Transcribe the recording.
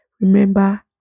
Remember